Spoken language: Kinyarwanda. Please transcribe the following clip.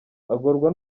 agorwa